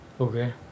Okay